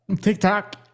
TikTok